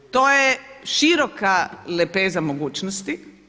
To je široka lepeza mogućnosti.